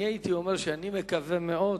אני הייתי אומר שאני מקווה מאוד